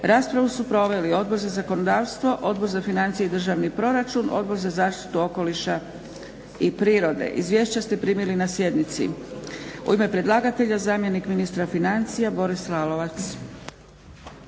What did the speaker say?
Raspravu su proveli Odbor za zakonodavstvo, Odbor za financije i državni proračun, Odbor za zaštitu okoliša i prirode. Izvješća ste primili na sjednici. U ime predlagatelja zamjenik ministra financija Boris Lalovac.